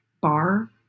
bar